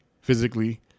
physically